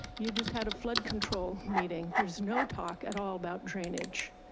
you just had a flood control meeting. there's no talk at all about drainage.